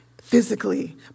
physically